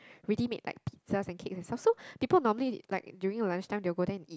ready made like pizza and cakes also people normally like during lunch time they will go there eat